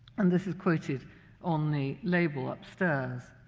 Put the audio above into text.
and this is quoted on the label upstairs.